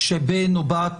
כשבן או בת